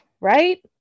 right